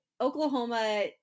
Oklahoma